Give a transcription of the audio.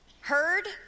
heard